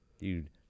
Dude